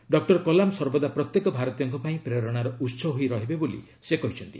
doctor Kalam ସର୍ବଦା ପ୍ରତ୍ୟେକ ଭାରତୀୟଙ୍କ ପାଇଁ ପ୍ରେରଣାର ଉସ ହୋଇ ରହିବେ ବୋଲି ସେ କହିଚ୍ଛନ୍ତି